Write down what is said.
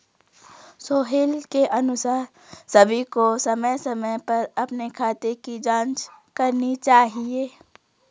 सोहेल के अनुसार सभी को समय समय पर अपने खाते की जांच करनी चाहिए